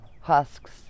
husks